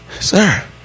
sir